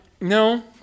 No